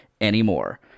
anymore